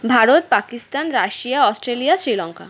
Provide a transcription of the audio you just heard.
Bharat Pakistan Russia Australia Sri Lanka